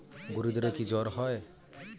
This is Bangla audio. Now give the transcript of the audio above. গরুদেরও কি জ্বর হয়?